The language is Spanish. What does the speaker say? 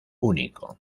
único